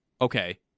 Okay